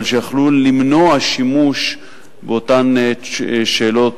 אבל יכלו למנוע שימוש באותן שאלות